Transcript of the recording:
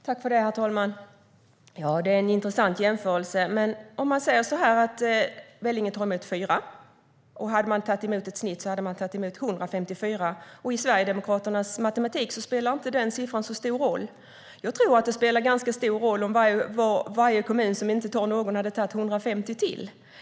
Herr talman! Det är en intressant jämförelse. Vellinge tar emot 4 nyanlända, och om de hade tagit emot snittet hade de tagit emot 154. Med Sverigedemokraternas matematik spelar inte den siffran så stor roll. Jag tror att det spelar ganska stor roll om varje kommun som inte tar emot någon tar emot 150 till.